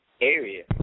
area